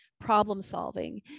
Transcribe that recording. problem-solving